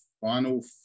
Final